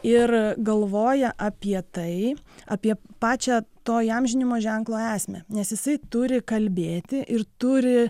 ir galvoja apie tai apie pačią to įamžinimo ženklo esmę nes jisai turi kalbėti ir turi